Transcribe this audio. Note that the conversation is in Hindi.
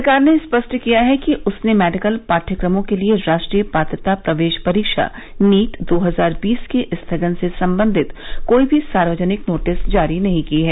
सरकार ने स्पष्ट किया है कि उसने मेडिकल पाठ्यक्रमों के लिए राष्ट्रीय पात्रता प्रवेश परीक्षा नीट दो हजार बीस के स्थगन से संबंधित कोई भी सार्वजनिक नोटिस जारी नहीं किया है